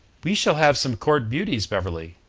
we shall have some court beauties, beverley,